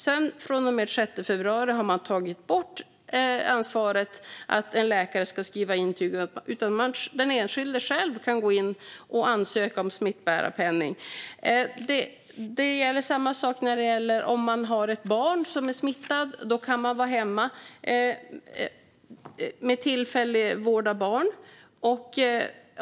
Men från och med den 6 februari har man tagit bort att det är en läkare som har ansvar för att skriva intyget, utan den enskilde kan själv gå in och ansöka om smittbärarpenning. Samma sak gäller om man har ett barn som är smittat. Då kan man vara hemma med ersättning för tillfällig vård av barn.